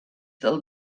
del